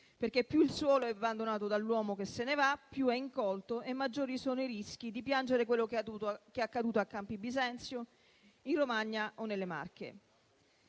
perché più il suolo è abbandonato dall'uomo che se ne va, più è incolto e maggiori sono i rischi di piangere quello che è accaduto a Campi Bisenzio, in Romagna o nelle Marche.